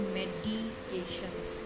medications